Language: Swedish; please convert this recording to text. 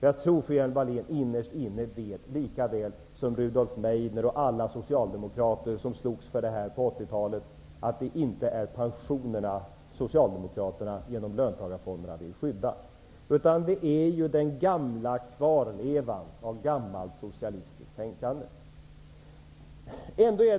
Jag tror att fru Hjelm-Wallén innerst inne vet, likaväl som Rudolf Meidner och alla socialdemokrater som slogs för det här på 80-talet, att det inte är pensionerna som socialdemokraterna vill skydda genom löntagarfonderna. Det är i stället en gammal kvarleva av gammalt socialistiskt tänkande. Herr talman!